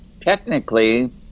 technically